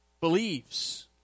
Believes